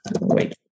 Wait